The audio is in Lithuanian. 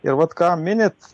ir vat ką minėt